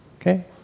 Okay